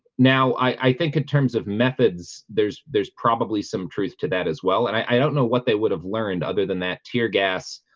now i i think in terms of methods there's there's probably some truth to that as well. and i don't know what they would have learned other than that tear gas